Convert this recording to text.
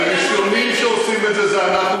הראשונים שעושים את זה אלה אנחנו,